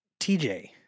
TJ